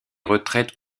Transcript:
retraites